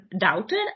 doubted